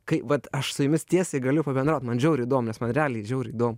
kai vat aš su jumis tiesiai galiu pabendraut man žiauriai įdomu man realiai žiūriai įdom